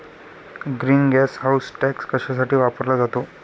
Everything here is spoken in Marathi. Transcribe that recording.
ग्रीन गॅस हाऊस टॅक्स कशासाठी वापरला जातो?